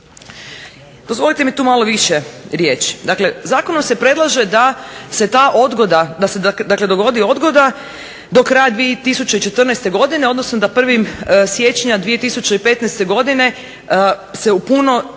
Dozvolite mi tu malo više riječ. Dakle, zakonom se predlaže da se ta odgoda, da se dakle dogodi odgoda do kraja 2014. godine, odnosno da 1. siječnja 2015. godine se u punom